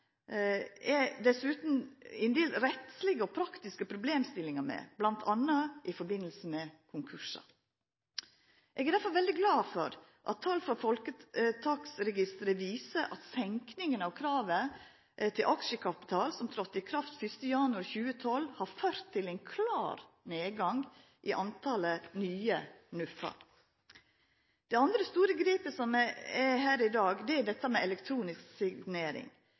er det dessutan ein del rettslege og praktiske problemstillingar med, bl.a. i samband med konkursar. Eg er derfor veldig glad for at tal frå Føretaksregisteret viser at seinkinga av kravet til aksjekapital, som tok til å verka den 1. januar 2012, har ført til ein klar nedgang i talet på nye NUF-ar. Det andre store grepet som vi gjer her i dag, gjeld elektronisk signering. Det er